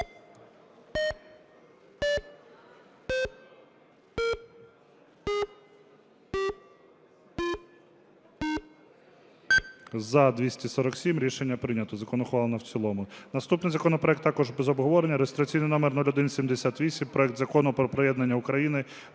За-247 Рішення прийнято. Закон ухвалено в цілому. Наступний законопроект також без обговорення. Реєстраційний номер 0178: проект Закону про приєднання України